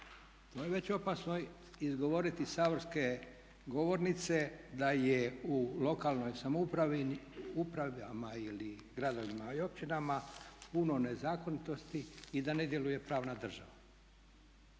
To je već opasno izgovoriti iz saborske govornice da je u lokalnoj samoupravi, upravama ili gradovima i općinama puno nezakonitosti i da ne djeluje pravna država.